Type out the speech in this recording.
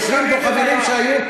יש כאן חברים שהיו,